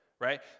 right